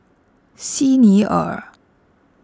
Xi Ni Er